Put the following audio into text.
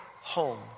home